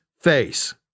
face